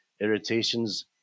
irritations